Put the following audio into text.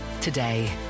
today